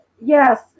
yes